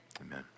Amen